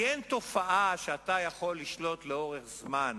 כי אין תופעה שאתה יכול לשלוט לאורך זמן